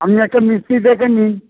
আমি একটা মিস্ত্রি ডেকে নিই